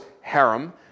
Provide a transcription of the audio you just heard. harem